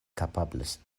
kapablas